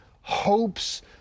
hopes